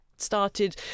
started